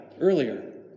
earlier